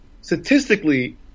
statistically